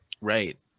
Right